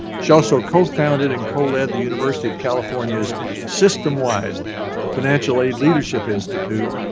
she also co-founded and co-lead the university of california's system-wide financial aid leadership institute,